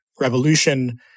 revolution